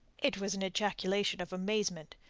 it was an ejaculation of amazement.